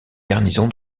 garnison